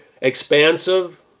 expansive